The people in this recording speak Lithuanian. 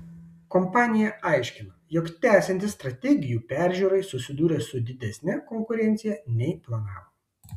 kompanija aiškina jog tęsiantis strategijų peržiūrai susidūrė su didesne konkurencija nei planavo